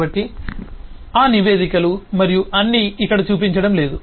కాబట్టి ఆ నివేదికలు మరియు అన్నీ ఇక్కడ చూపించడం లేదు